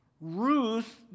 Ruth